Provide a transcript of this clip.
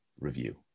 Review